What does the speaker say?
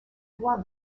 voix